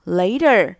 later